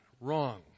Wrong